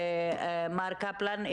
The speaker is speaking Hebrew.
מר קפלן,